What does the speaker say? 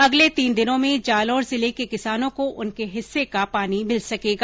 अगले तीन दिनों में जालोर जिले के किसानों को उनके हिस्से का पानी मिल सकेगा